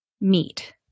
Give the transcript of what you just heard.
meet